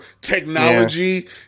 technology